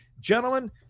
gentlemen